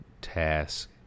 task